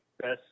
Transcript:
best